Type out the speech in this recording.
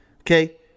Okay